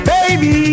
Baby